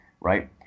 right